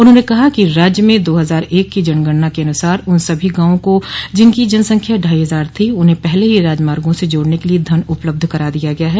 उन्होंने कहा कि राज्य में दो हजार एक की जनगणना के अनुसार उन सभी गांवों का जिनकी जनसंख्या ढाई हजार थी उन्हें पहले ही राजमार्गो से जोड़ने के लिए धन उपलब्ध करा दिया गया है